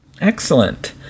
excellent